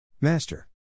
Master